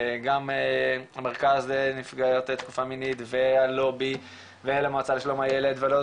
גם המרכז לנפגעי תקיפה מינית והלובי ולמועצה לשלום הילד ולעוד